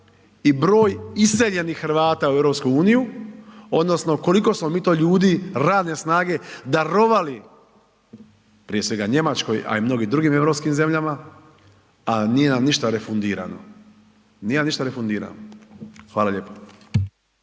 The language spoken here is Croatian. i broj iseljenih Hrvata u EU odnosno koliko smo mi to ljudi, radne snage darovali prije svega Njemačkoj, a i mnogim drugim europskim zemljama, a nije nam ništa refundirano, nije nam ništa refundirano. Hvala lijepo.